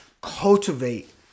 cultivate